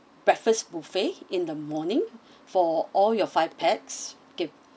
breakfast buffet in the morning for all your five pax guest